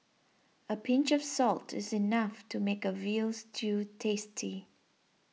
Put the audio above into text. a pinch of salt is enough to make a Veal Stew tasty